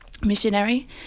missionary